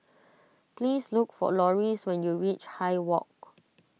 please look for Loris when you reach high Walk